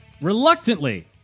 reluctantly